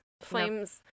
Flames